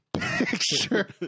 picture